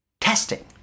testing